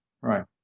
Right